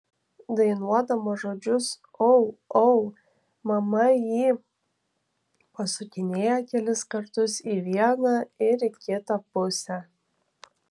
dainuodama žodžius au au mama jį pasukinėja kelis kartus į vieną ir į kitą pusę